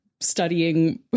studying